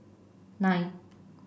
nine